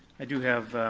i do have